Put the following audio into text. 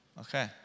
Okay